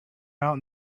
out